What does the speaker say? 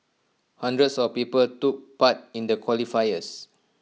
hundreds of people took part in the qualifiers